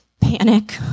panic